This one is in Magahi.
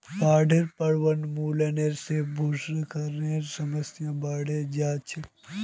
पहाडेर पर वनोन्मूलन से भूस्खलनेर समस्या बढ़े जा छे